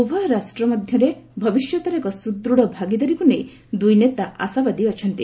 ଉଭୟ ରାଷ୍ଟ୍ର ମଧ୍ୟରେ ଭବିଷ୍ୟତରେ ଏକ ସୁଦୂଢ଼ ଭାଗିଦାରୀକୁ ନେଇ ଦୁଇନେତା ଆଶାବାଦୀ ଅଛନ୍ତି